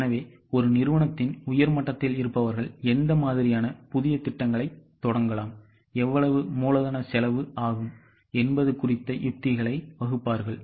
எனவே ஒரு நிறுவனத்தின் உயர் மட்டத்தில் இருப்பவர்கள் எந்த மாதிரியான புதிய திட்டங்களைத் தொடங்கலாம் எவ்வளவு மூலதன செலவு ஆகும் என்பது குறித்த யுத்திகளை வகுப்பார்கள்